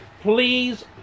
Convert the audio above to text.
please